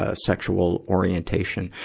ah sexual orientation?